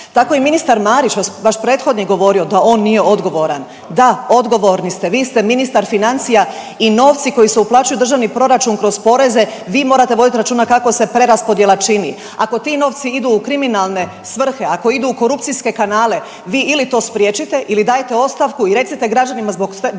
Tako je i ministar Marić, vaš prethodnik govorio da on nije odgovoran. Da, odgovorni ste. Vi ste ministar financija i novci koji se uplaćuju u državni proračun kroz poreze vi morate voditi računa kako se preraspodjela čini. Ako ti novci idu u kriminalne svrhe, ako idu u korupcijske kanale vi ili to spriječite ili dajte ostavku i recite građanima zbog čega